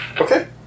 Okay